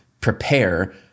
prepare